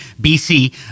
bc